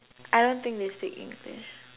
I don't think they speak English